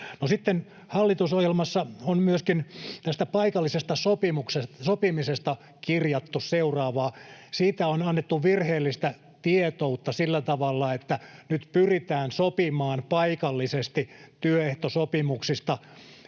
hallitusohjelmassa on myöskin tästä paikallisesta sopimisesta kirjattu seuraavaa. Siitä on annettu virheellistä tietoutta sillä tavalla, että nyt pyritään sopimaan paikallisesti työehtosopimuksista